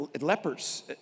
lepers